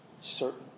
certain